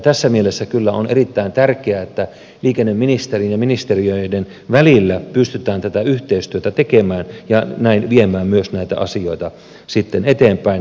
tässä mielessä kyllä on erittäin tärkeää että liikenneministerien ja ministeriöiden välillä pystytään tätä yhteistyötä tekemään ja näin viemään myös näitä asioita sitten eteenpäin